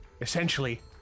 essentially